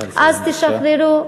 אז תשחררו,